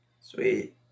Sweet